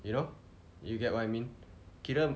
you know you get what I mean kira